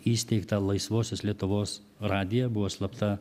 įsteigtą laisvosios lietuvos radiją buvo slapta